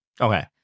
Okay